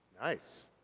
Nice